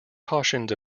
cautioned